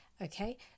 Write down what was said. Okay